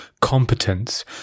competence